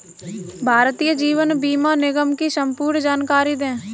भारतीय जीवन बीमा निगम की संपूर्ण जानकारी दें?